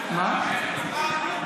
יעבור?